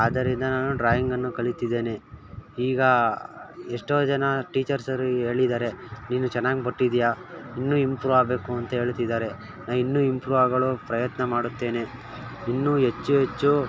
ಆದ್ದರಿಂದ ನಾನು ಡ್ರಾಯಿಂಗನ್ನು ಕಲಿಯುತ್ತಿದ್ದೇನೆ ಈಗ ಎಷ್ಟೋ ಜನ ಟೀಚರ್ಸರು ಹೇಳಿದ್ದಾರೆ ನೀನು ಚೆನ್ನಾಗಿ ಬಿಟ್ಟಿದ್ಯಾ ಇನ್ನೂ ಇಂಪ್ರೂ ಆಗಬೇಕು ಅಂತ್ಹೇಳ್ತಿದ್ದಾರೆ ನಾ ಇನ್ನೂ ಇಂಪ್ರೂ ಆಗಲು ಪ್ರಯತ್ನಮಾಡುತ್ತೇನೆ ಇನ್ನೂ ಹೆಚ್ಚು ಹೆಚ್ಚು